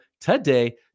today